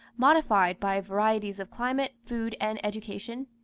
modified by varieties of climate, food, and education?